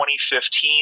2015